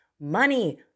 money